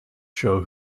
show